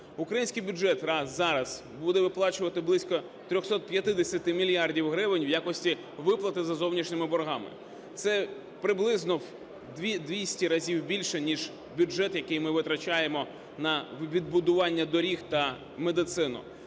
Український бюджет зараз буде виплачувати близько 350 мільярдів гривень в якості виплати за зовнішніми боргами. Це приблизно в 200 разів більше, ніж бюджет, який ми витрачаємо на відбудування доріг та медицину.